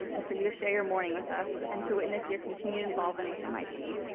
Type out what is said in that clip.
and for you to share your morning with us, and to witness your continuing involvement with mit.